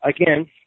again